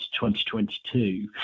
2022